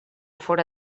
fora